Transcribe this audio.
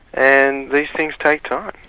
and these things take time.